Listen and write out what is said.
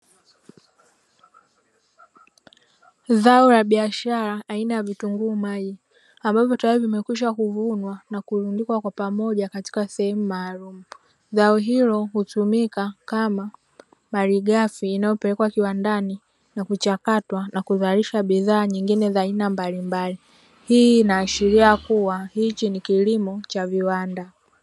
Zao la biashara aina ya vitunguu maji ambavyo tayari vimekwisha kuvunwa na kurundikwa kwa pamoja katika sehemu maalumu. Zao hilo hutumika kama malighafi inayopelekwa kiwandani na kuchakatwa na kuzalisha bidhaa nyingine za aina mbalimbali. Hii inaashiria kuwa hichi ni kilimo cha viwanda.